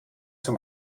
zum